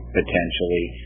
potentially